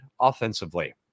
offensively